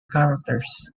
characters